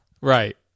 Right